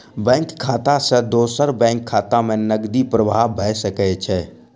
bank खाता सॅ दोसर बैंक खाता में नकदी प्रवाह भ सकै छै